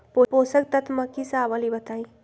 पोषक तत्व म की सब आबलई बताई?